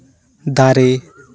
ᱫᱟᱨᱮ